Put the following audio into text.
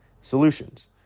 solutions